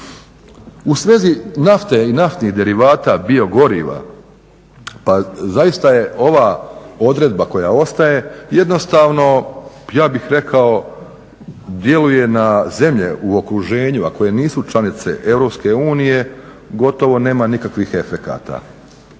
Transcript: U svezi nafte i naftnih derivata, biogoriva, pa zaista je ova odredba koja ostaje jednostavno ja bih rekao djeluje na zemlje u okruženju a koje nisu članice Europske unije gotovo nema nikakvih efekata.